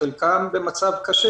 בחלקם במצב קשה,